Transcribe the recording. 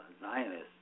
Zionists